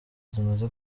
zimaze